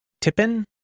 Tippin